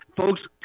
Folks